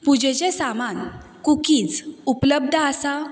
पुजेचें सामान कुकीज उपलब्ध आसा